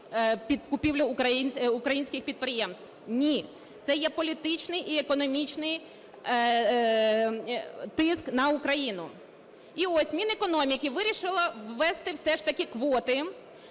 під купівлю українських підприємств? Ні. Це є політичний і економічний тиск на Україну. І ось Мінекономіки вирішило ввести все ж таки квоти